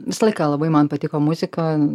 visą laiką labai man patiko muzika